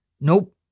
Nope